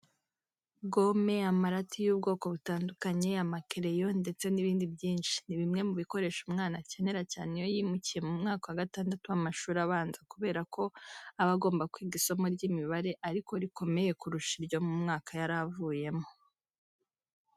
Gome, amarati y'ubwoko butandukanye, amakereyo ndetse n'ibindi byinshi, ni bimwe mu bikoresho umwana akenera cyane iyo yimukiye mu mwaka wa gatandatu w'amashuri abanza kubera ko aba agomba kwiga isomo ry'imibare, ariko rikomeye kurusha iryo mu mwaka yari avuyemo.